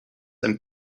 and